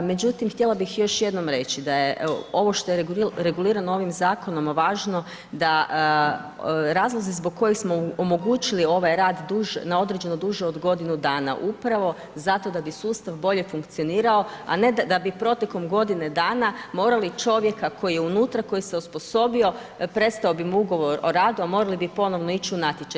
Međutim, htjela bih još jednom reći, da je ovo što je regulirano ovim zakonom važno da razlozi zbog kojih smo omogućili ovaj rad, na određeno, duže od godine dana, upravo da bi sustav bolje funkcionirao, a ne da bi protekom godine dana, morali čovjeka, koji je unutra, koji se osposobio, prestao bi mu ugovor o radu, a morali bi ponovno ići u natječaj.